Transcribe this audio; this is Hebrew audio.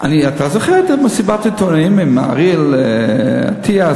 אתה זוכר את מסיבת העיתונאים עם אריאל אטיאס?